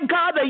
God